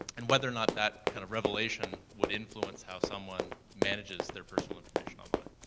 and whether or not that kind of revelation would influence how someone manages their personal information online.